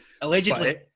Allegedly